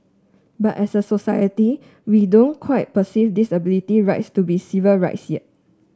but as a society we don't quite perceive disability rights to be civil rights yet